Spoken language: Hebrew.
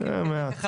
היה לה קשה